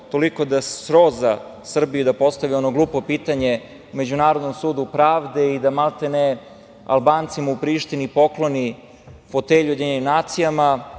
toliko da sroza Srbiju i da postavi ono glupo pitanje Međunarodnom sudu pravde i da, maltene, Albancima u Prištini pokloni fotelju u UN. Već sam